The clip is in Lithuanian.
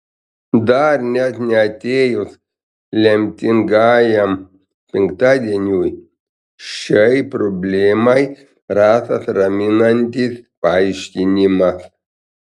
dar net neatėjus lemtingajam penktadieniui šiai problemai rastas raminantis paaiškinimas